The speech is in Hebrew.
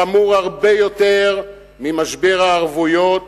חמור הרבה יותר ממשבר הערבויות